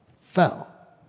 fell